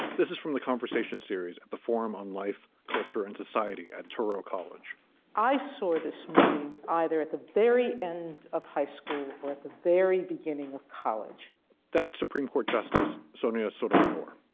this is from the conversation series at the forum on life, culture and society at touro college i saw this movie either at the very end of high school or at the very beginning of college that supreme court justice sonia sotomayor,